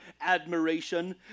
admiration